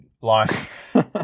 life